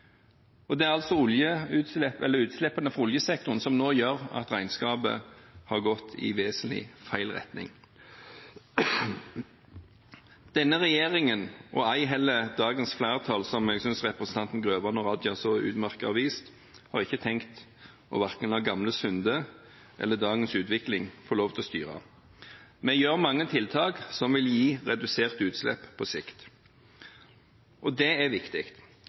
Det er altså utslippene fra oljesektoren som nå gjør at regnskapet har gått i vesentlig feil retning. Ikke denne regjeringen og ei heller dagens flertall – det jeg synes representantene Grøvan og Raja så utmerket har vist – har tenkt verken å la gamle synder eller dagens utvikling få lov til å styre. Vi setter inn mange tiltak som vil gi reduserte utslipp på sikt. Det er viktig.